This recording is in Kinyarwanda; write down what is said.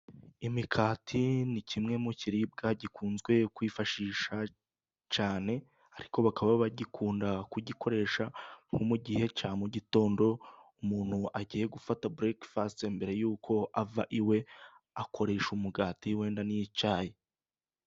Imikati ni kimwe mu kiribwa gikunzwe twifashisha cyane, ariko bakaba bagikunda kugikoresha, nko mu gihe cya mu gitondo umuntu agiye gufata burekifasite, mbere y'uko ava iwe, akoresha umugati wenda n'icyayi.